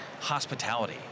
hospitality